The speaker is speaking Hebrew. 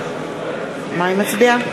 היא לא הצביעה.